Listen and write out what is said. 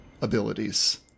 abilities